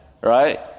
right